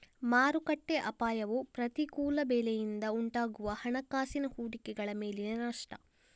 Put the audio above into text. ಮಾರುಕಟ್ಟೆ ಅಪಾಯವು ಪ್ರತಿಕೂಲ ಬೆಲೆಯಿಂದ ಉಂಟಾಗುವ ಹಣಕಾಸಿನ ಹೂಡಿಕೆಗಳ ಮೇಲಿನ ನಷ್ಟ